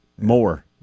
more